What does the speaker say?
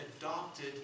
adopted